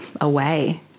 away